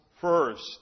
first